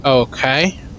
Okay